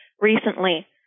recently